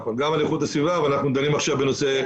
גם על איכות הסביבה אבל אנחנו דנים עכשיו בנושא